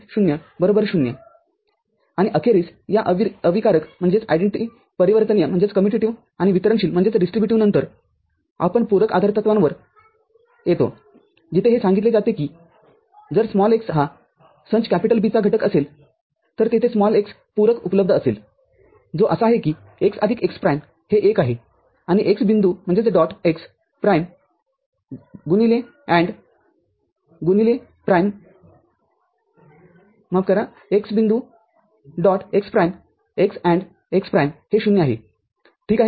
0 0 आणि अखेरीस या अविकारकपरिवर्तनीयआणि वितरणशीलनंतर आपण पूरक आधारतत्वांवर येतो जिथे हे सांगितले जाते किजर x हा संच B चा घटक असेल तर तेथे x पूरक उपलब्ध असेल जो असा आहे कि x आदिक x प्राईमहे १ आहे आणि x बिंदू x prime x AND x प्राईमहे ० आहे ठीक आहे